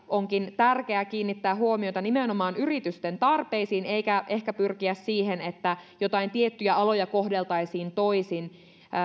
onkin tärkeää kiinnittää huomiota nimenomaan yritysten tarpeisiin eikä ehkä pyrkiä siihen että jotain tiettyjä aloja kohdeltaisiin toisin